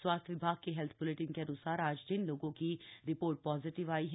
स्वास्थ्य विभाग के हेल्थ ब्लेटिन के अनुसार आज जिन लोगों की रिपोर्ट पॉजिटिव आयी हैं